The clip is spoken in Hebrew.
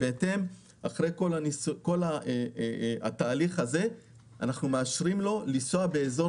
בהתאם לכך אחרי כל התהליך הזה אנחנו מאשרים לו לנסוע באזור